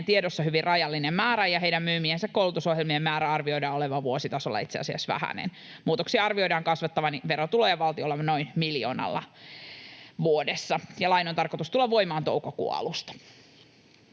tiedossamme hyvin rajallinen määrä, ja heidän myymiensä koulutusohjelmien määrän arvioidaan olevan vuositasolla itse asiassa vähäinen. Muutoksen arvioidaan kasvattavan verotuloja valtiolle noin miljoonalla vuodessa. Lain on tarkoitus tulla voimaan toukokuun alusta.